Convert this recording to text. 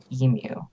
emu